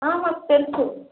మాకు తెలుసు